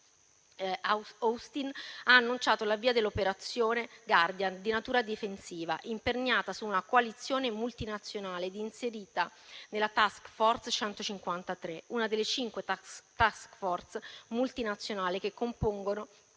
Austin, ha annunciato l'avvio dell'operazione Prosperity guardian, di natura difensiva, imperniata su una coalizione multinazionale ed inserita nella Combined Task Force 153, una delle cinque *task force* multinazionali che compongono